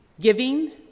giving